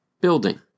building